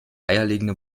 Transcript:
eierlegende